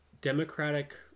Democratic